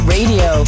Radio